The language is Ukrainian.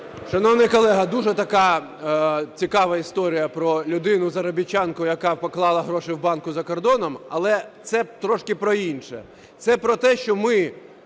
Шановний колего, дуже така цікава історія про людину-заробітчанку, яка поклала гроші в банк за кордоном. Але це трошки про інше. Це про те, що ми